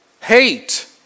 hate